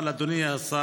אבל, אדוני השר,